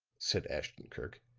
said ashton-kirk.